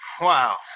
wow